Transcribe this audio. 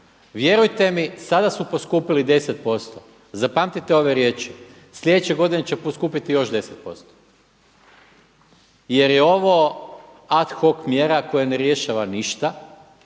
Vjerujte mi sada su poskupili 10%. Zapamtite ove riječi, sljedeće godine će poskupiti još 10%. Jer je ovo ad hoc mjera koja ne rješava ništa,